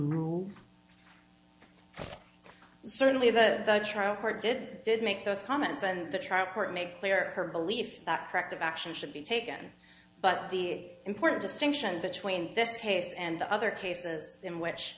and certainly the trial court did did make those comments and the trial court made clear her belief that corrective action should be taken but the important distinction between this case and the other cases in which